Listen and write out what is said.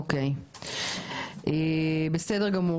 אוקי, בסדר גמור.